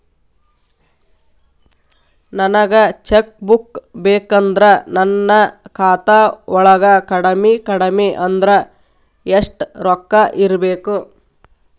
ನನಗ cheque book ಬೇಕಂದ್ರ ನನ್ನ ಖಾತಾ ವಳಗ ಕಡಮಿ ಕಡಮಿ ಅಂದ್ರ ಯೆಷ್ಟ್ ರೊಕ್ಕ ಇರ್ಬೆಕು?